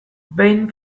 behin